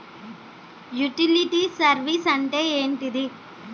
Utility service అంటే ఏంటిది?